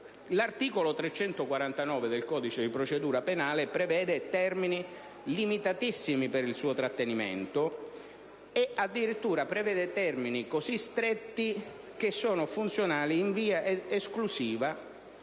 l'articolo 349 del codice di procedura penale prevede termini limitatissimi per il suo trattenimento: addirittura, prevede termini così stretti (dodici o ventiquattro ore) da